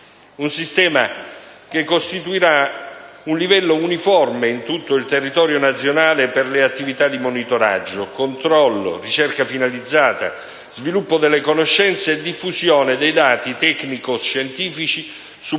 un sistema che costituirà un livello uniforme in tutto il territorio nazionale per le attività di monitoraggio, controllo, ricerca finalizzata, sviluppo delle conoscenze e diffusione dei dati tecnico-scientifici,